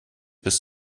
bis